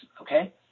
Okay